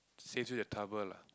saves you the trouble lah